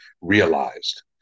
realized